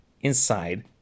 inside